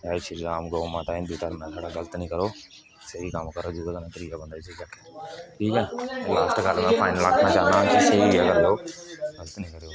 जै श्रीराम गौ माता हिन्दू धर्म ऐ साढ़ा गल्त नेईं करो स्हेई कम्म करो जेह्दे कन्नै त्रीआ बंदा ठीक ऐ लास्ट गल्ल में फाइनल आखना चाहन्नां स्हेई गै करो गल्त नेईं